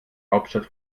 hauptstadt